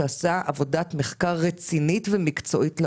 שעשה עבודת מחקר רצינית ומקצועית לעומק,